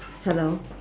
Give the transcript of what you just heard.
hello